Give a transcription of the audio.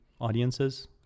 audiences